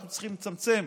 אנחנו צריכים לצמצם